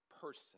person